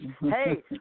hey